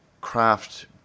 craft